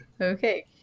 Okay